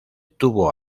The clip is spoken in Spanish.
tuvo